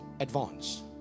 advance